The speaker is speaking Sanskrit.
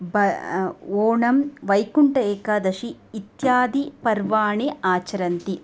ब ओणं वैकुण्ठः एकादशी इत्यादि पर्वाणि आचरन्ति